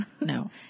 no